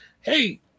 Hey